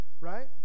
Right